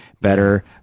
better